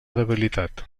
debilitat